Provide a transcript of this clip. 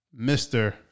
Mr